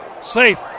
Safe